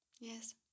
yes